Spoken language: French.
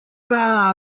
pas